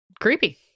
creepy